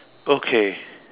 okay